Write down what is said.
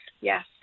Yes